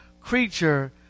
creature